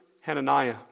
Hananiah